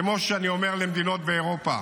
כמו שאני אומר למדינות באירופה,